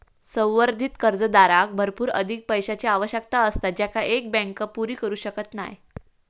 संवर्धित कर्जदाराक भरपूर अधिक पैशाची आवश्यकता असता जेंका एक बँक पुरी करू शकत नाय